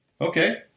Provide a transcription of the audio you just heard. Okay